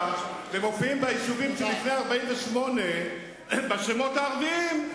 אלא יישובים שלפני 48' בשמות הערביים,